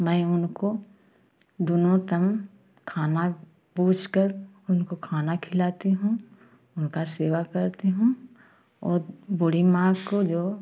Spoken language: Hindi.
मैं उनको दोनों ताम खाना पूछकर उनको खाना खिलाती हूँ उनका सेवा करती हूँ वो बुढ़ि माँ को को जो